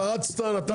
אתה התפרצת, נתתי לך.